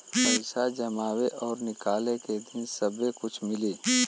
पैसा जमावे और निकाले के दिन सब्बे कुछ मिली